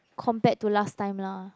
compared to last time lah